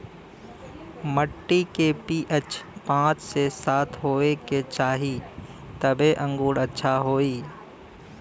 मट्टी के पी.एच पाँच से सात होये के चाही तबे अंगूर अच्छा होई